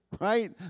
right